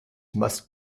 must